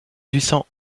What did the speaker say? centre